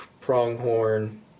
Pronghorn